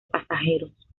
pasajeros